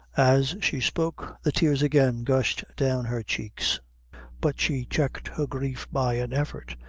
as she spoke, the tears again gushed down her cheeks but she checked her grief by an effort,